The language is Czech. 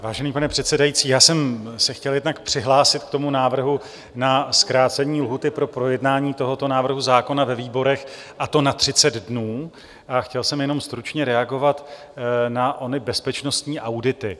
Vážený pane předsedající, já jsem se chtěl jednak přihlásit k návrhu na zkrácení lhůty pro projednání tohoto návrhu zákona ve výborech, a to na 30 dnů, a chtěl jsem jenom stručně reagovat na ony bezpečnostní audity.